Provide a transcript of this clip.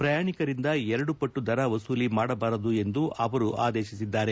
ಪ್ರಯಾಣಿಕರಿಂದ ಎರಡು ಪಟ್ಟು ದರ ವಸೂಲಿ ಮಾಡಬಾರದು ಎಂದು ಆದೇಶಿಸಿದ್ದಾರೆ